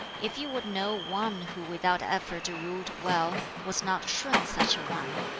if you would know one who without effort ruled well, was not shun such a one?